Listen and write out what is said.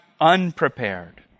Unprepared